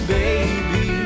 baby